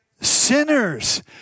sinners